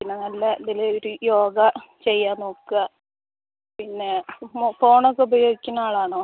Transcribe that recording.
പിന്നെ നല്ല ഇതിലൊരു യോഗ ചെയ്യാൻ നോക്കുക പിന്നെ ഫോണൊക്കെ ഉപയോഗിക്കുന്നാളാണോ